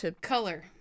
Color